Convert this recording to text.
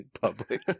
public